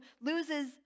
loses